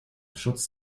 schutz